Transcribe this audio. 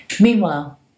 Meanwhile